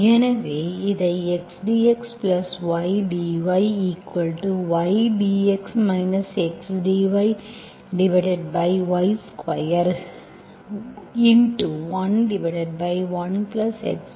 எனவே இதை xdxydyy dx x dyy2